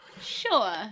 Sure